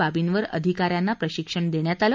बाबींवर अधिका यांना प्रशिक्षण देण्यात आलं